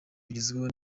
bigezweho